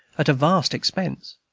at a vast expense.